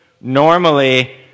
Normally